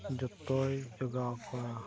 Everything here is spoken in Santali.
ᱡᱚᱛᱚᱭ ᱡᱚᱜᱟᱣ ᱟᱠᱚᱣᱟ